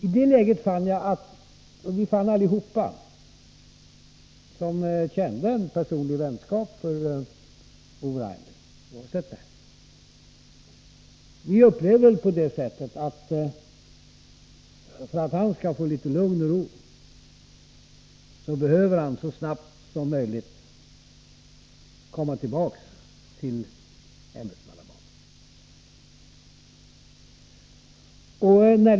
I det läget upplevde vi som kände en personlig vänskap för Ove Rainer, att han för att han skulle få litet lugn och ro, behövde komma tillbaka till ämbetsmannabanan så snart som möjligt.